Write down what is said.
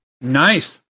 nice